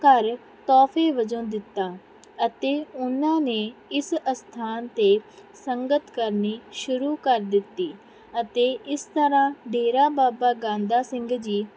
ਘਰ ਤੋਹਫੇ ਵਜੋਂ ਦਿੱਤਾ ਅਤੇ ਉਹਨਾਂ ਨੇ ਇਸ ਅਸਥਾਨ 'ਤੇ ਸੰਗਤ ਕਰਨੀ ਸ਼ੁਰੂ ਕਰ ਦਿੱਤੀ ਅਤੇ ਇਸ ਤਰ੍ਹਾਂ ਡੇਰਾ ਬਾਬਾ ਗਾਂਧਾ ਸਿੰਘ ਜੀ